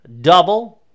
double